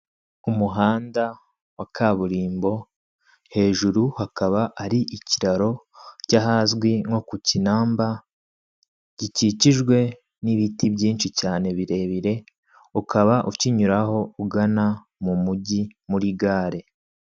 Umuhanda wa kaburimbo hejuru hakaba ari ikiraro cy'ahazwi nko ku Kinamba gikikijwe n'ibiti byinshi cyane birebire, ukaba ukinyuraho ugana mu mujyi muri gare.